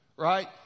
right